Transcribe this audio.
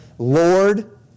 Lord